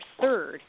third